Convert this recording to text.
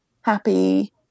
happy